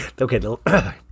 Okay